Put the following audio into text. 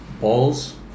balls